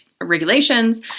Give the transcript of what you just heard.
regulations